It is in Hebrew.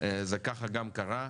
זה כך גם קרה.